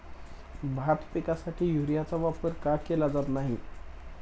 भात पिकासाठी युरियाचा वापर का केला जात नाही?